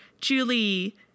julie